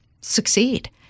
succeed